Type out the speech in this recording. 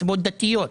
מסיבות דתיות,